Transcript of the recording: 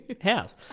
house